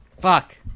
Fuck